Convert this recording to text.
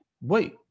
wait